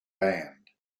band